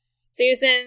Susan